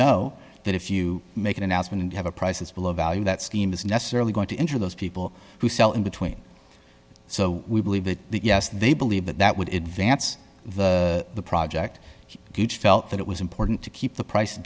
know that if you make an announcement and have a prices below value that scheme is necessarily going to enter those people who sell in between so we believe that yes they believe that that would advance the project page felt that it was important to keep the price